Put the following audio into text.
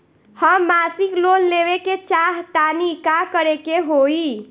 हम मासिक लोन लेवे के चाह तानि का करे के होई?